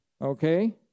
okay